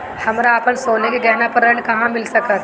हमरा अपन सोने के गहना पर ऋण कहां मिल सकता?